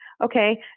Okay